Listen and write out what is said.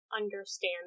understand